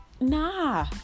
Nah